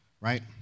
right